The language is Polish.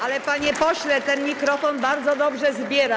Ale, panie pośle, ten mikrofon bardzo dobrze zbiera.